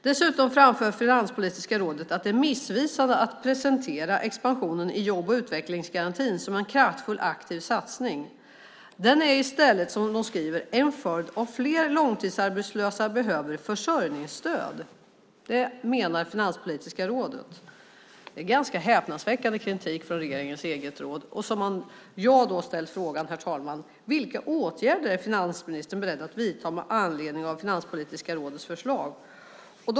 Dessutom framför Finanspolitiska rådet att det är missvisande att presentera expansionen i jobb och utvecklingsgarantin som en kraftfull aktiv satsning. Den är i stället, som man skriver, en följd av att fler långtidsarbetslösa behöver försörjningsstöd. Det menar Finanspolitiska rådet. Det är ganska häpnadsväckande kritik från regeringens eget råd. Jag har då ställt frågan, herr talman: Vilka åtgärder är finansministern beredd att vidta med anledning av Finanspolitiska rådets förslag?